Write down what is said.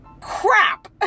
crap